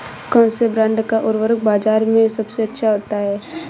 कौनसे ब्रांड का उर्वरक बाज़ार में सबसे अच्छा हैं?